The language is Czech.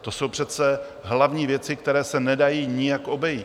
To jsou přece hlavní věci, které se nedají nijak obejít.